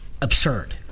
absurd